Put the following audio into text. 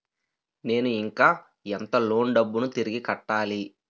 నేను ఇంకా ఎంత లోన్ డబ్బును తిరిగి కట్టాలి?